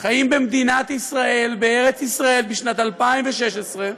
שחיים במדינת ישראל, בארץ-ישראל, בשנת 2016,